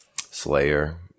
Slayer